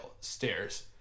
stairs